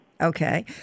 Okay